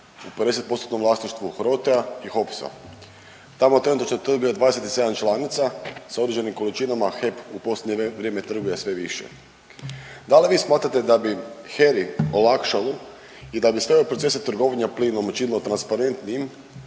u 50%-tnom vlasništvu HROTE-a i HOPS-a. Tamo trenutačno …/Govornik se ne razumije/… 27 članica, sa određenim količinama HEP u posljednje vrijeme trguje sve više. Da li vi smatrate da bi HERA-i olakšalo i da biste ove procese trgovanja plinom učinilo transparentnijim